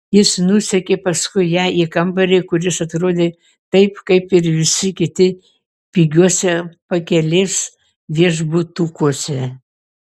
jis nusekė paskui ją į kambarį kuris atrodė taip kaip ir visi kiti pigiuose pakelės viešbutukuose